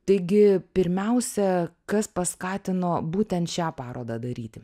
taigi pirmiausia kas paskatino būtent šią parodą daryti